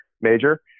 major